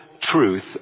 truth